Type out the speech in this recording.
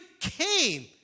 came